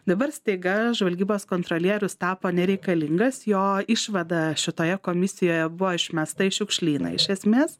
dabar staiga žvalgybos kontrolierius tapo nereikalingas jo išvada šitoje komisijoje buvo išmesta į šiukšlyną iš esmės